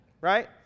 Right